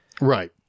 Right